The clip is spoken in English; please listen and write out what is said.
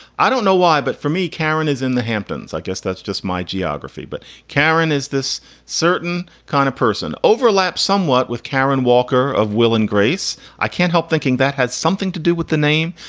i don't know why, but for me, karen is in the hamptons. i guess that's just my geography. but karen, is this certain kind of person? overlap somewhat with karen walker of will and grace. i can't help thinking that has something to do with the name.